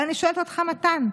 ואני שואלת אותך, מתן: